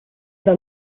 war